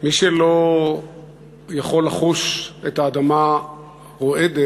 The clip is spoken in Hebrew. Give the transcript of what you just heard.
מי שלא יכול לחוש את האדמה רועדת,